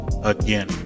Again